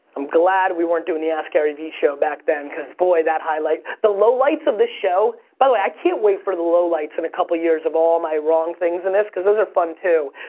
i'm glad we weren't doing the ask garyveeshow back then cause boy that highlight the lowlights of this show, by the way, i can't wait for the lowlights in a couple years of all my wrong things in this cause those are fun too.